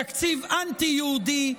תקציב אנטי-ציוני,